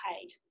paid